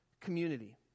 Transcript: community